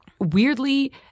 Weirdly